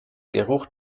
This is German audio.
geruch